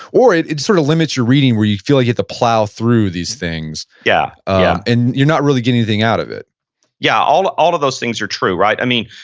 or it it sort of limits your reading where you feel you hit the plow through these things yeah and you're not really getting anything out of it yeah. all all of those things are true, right? i mean,